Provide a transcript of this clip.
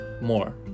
more